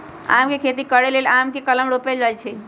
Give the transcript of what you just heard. आम के खेती करे लेल आम के कलम रोपल जाइ छइ